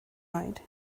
oed